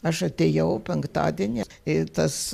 aš atėjau penktadienį i tas